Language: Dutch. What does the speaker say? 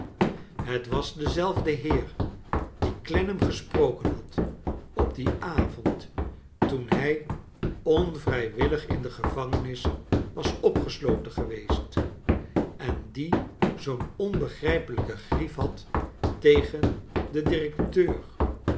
het was dezelfde heer dien clennam gesproken had op dien avond toen hij onvrijwillig in de gevangenis was opgesloten geweest en die zoo'n onbegrijpelrjke grief had tegen den directeur